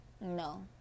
no